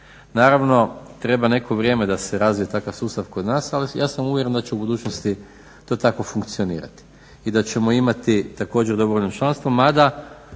Naravno treba neko vrijeme da se razvije takav sustav kod nas ali ja sam uvjeren da će u budućnosti to tako funkcionirati i da ćemo imati također dobrovoljno članstvo, mada